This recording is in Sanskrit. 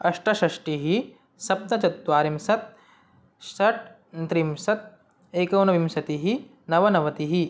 अष्टषष्टिः सप्तचत्वारिंशत् षट्त्रिंशत् एकोनविंशतिः नवनवतिः